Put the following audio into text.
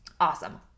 Awesome